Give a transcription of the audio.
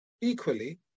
equally